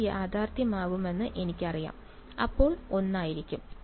അത് യാഥാർത്ഥ്യമാകുമെന്ന് എനിക്കറിയുമ്പോൾ അത് ഒന്നായിരിക്കാം